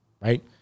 Right